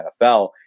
NFL